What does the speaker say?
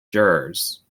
jurors